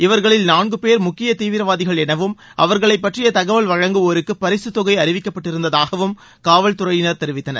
இவர்களில் நான்குபேர் முக்கிய தீவிரவாதிகள் எனவும் அவர்களை பற்றிய தகவல் வழங்குவோருக்கு பரிகத்தொகை அறிவிக்கப்பட்டு இருந்ததாகவும் காவல்துறையினர் தெரிவித்தனர்